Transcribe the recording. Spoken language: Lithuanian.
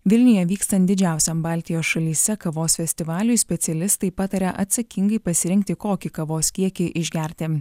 vilniuje vykstant didžiausiam baltijos šalyse kavos festivaliui specialistai pataria atsakingai pasirinkti kokį kavos kiekį išgerti